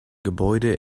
gebäude